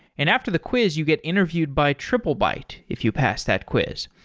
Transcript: and after the quiz you get interviewed by triplebyte if you pass that quiz.